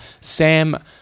Sam